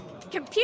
computer